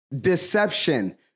deception